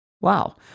Wow